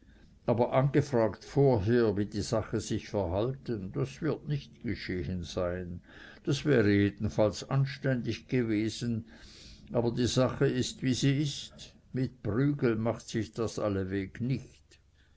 aber angefragt vorher wie die sache sich verhalten das wird nicht geschehen sein das wäre jedenfalls anständig gewesen aber die sache ist wie sie ist mit prügeln macht sich das allweg nicht